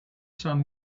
son